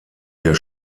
der